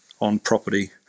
on-property